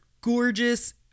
gorgeous